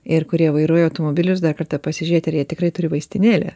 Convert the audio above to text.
ir kurie vairuoja automobilius dar kartą pasižiūrėti ar jie tikrai turi vaistinėlę